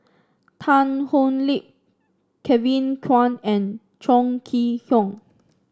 Tan Thoon Lip Kevin Kwan and Chong Kee Hiong